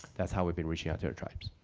that's how we've been reaching out to our tribes.